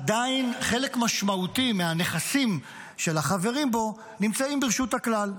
עדיין חלק משמעותי מהנכסים של החברים בו נמצאים ברשות הכלל.